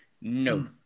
No